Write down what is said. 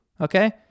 okay